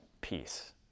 peace